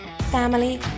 family